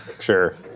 Sure